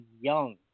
young